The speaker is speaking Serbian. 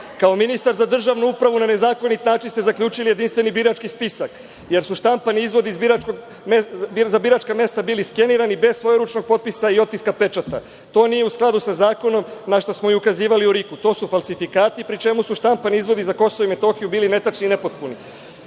Kao ministar za državnu upravu na nezakonit način ste zaključili jedinstveni birački spisak jer su štampani izvodi za biračka mesta bili skenirani bez svojeručnog potpisa i otiska pečata. To nije u skladu sa zakonom, na šta smo i ukazivali u RIK. To su falsifikati, pri čemu su štampani izvodi za KiM bili netačni i nepotpuni.